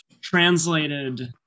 translated